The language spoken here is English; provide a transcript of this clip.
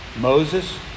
Moses